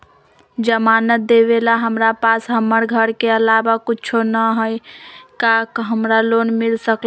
जमानत देवेला हमरा पास हमर घर के अलावा कुछो न ही का हमरा लोन मिल सकई ह?